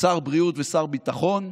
שר בריאות ושר ביטחון,